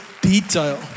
detail